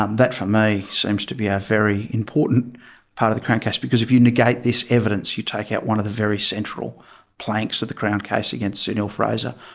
um that for me seems to be a very important part of the crown case, because if you negate this evidence you take out one of the very central planks of the crown case against sue neill-fraser,